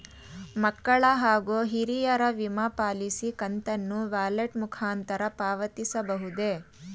ಮಕ್ಕಳ ಹಾಗೂ ಹಿರಿಯರ ವಿಮಾ ಪಾಲಿಸಿ ಕಂತನ್ನು ವ್ಯಾಲೆಟ್ ಮುಖಾಂತರ ಪಾವತಿಸಬಹುದೇ?